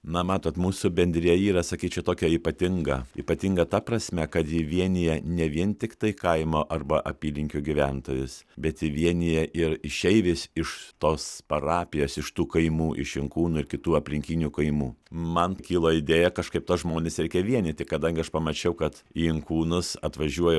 na matot mūsų bendrija yra sakyčiau tokia ypatinga ypatinga ta prasme kad ji vienija ne vien tiktai kaimo arba apylinkių gyventojus bet ji vienija ir išeivius iš tos parapijos iš tų kaimų iš inkūnų ir kitų aplinkinių kaimų man kilo idėja kažkaip tuos žmonis reikia vienyti kadangi aš pamačiau kad į inkūnus atvažiuoja